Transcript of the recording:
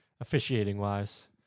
officiating-wise